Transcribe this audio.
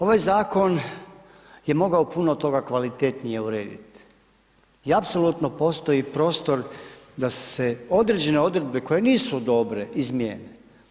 Ovaj zakon je mogao puno toga kvalitetnije urediti i apsolutno postoji prostor da se određene odredbe koje nisu dobre izmijene.